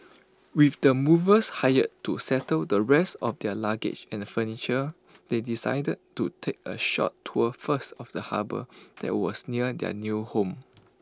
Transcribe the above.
with the movers hired to settle the rest of their luggage and furniture they decided to take A short tour first of the harbour that was near their new home